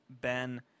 Ben